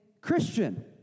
Christian